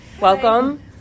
welcome